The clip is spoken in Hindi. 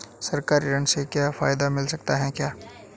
सरकारी ऋण से कोई फायदा मिलता है क्या?